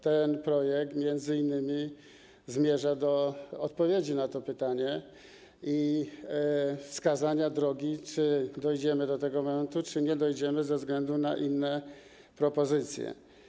Ten projekt m.in. zmierza do odpowiedzi na to pytanie i do wskazania drogi, czy dojdziemy do tego momentu, czy nie ze względu na inne propozycje.